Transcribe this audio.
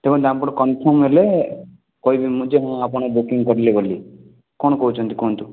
ତୁମେ ତାଙ୍କଠୁ କନଫର୍ମ୍ ହେଲେ କହିବି ମୁଁ ଯେ ହଁ ଆପଣ ବୁକିଙ୍ଗ୍ କରିଲେ ବୋଲି କ'ଣ କହୁଛନ୍ତି କୁହନ୍ତୁ